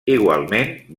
igualment